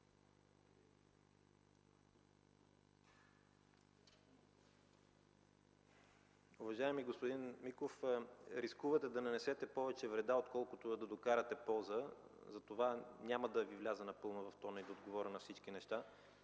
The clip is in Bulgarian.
Уважаеми господин Миков, рискувате да нанесете повече вреда, отколкото да докарате полза, затова няма да Ви вляза напълно в тона и в говора на всички неща,